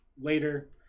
later